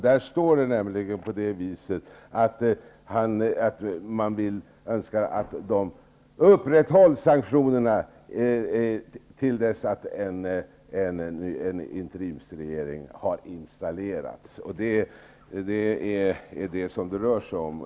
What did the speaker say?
Där står att man önskar att sanktionerna upprätthålls till dess att en interimsregering har installerats. Det är det som det rör sig om.